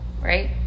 right